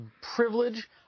privilege